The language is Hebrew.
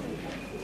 ההצבעה נסתיימה.